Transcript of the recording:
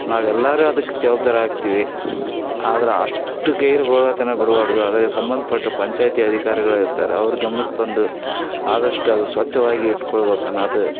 ನಾವು ಎಲ್ಲರೂ ಅದಕ್ಕೆ ಜವಾಬ್ದಾರರು ಆಗ್ತೀವಿ ಆದ್ರೆ ಅಷ್ಟು ಗೈರು ಹೋಗತನಕ ಬಿಡ್ಬಾರ್ದು ಅದ್ರ ಸಂಬಂಧಪಟ್ಟ ಪಂಚಾಯಿತಿ ಅಧಿಕಾರಿಗಳು ಇರ್ತಾರೆ ಅವ್ರ ಗಮ್ನಕ್ಕೆ ತಂದು ಆದಷ್ಟು ಅದು ಸ್ವಚ್ಛವಾಗಿ ಇಟ್ಕೊಳ್ಬೇಕನ್ನೋದು